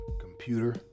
computer